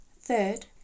Third